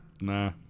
Nah